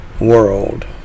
world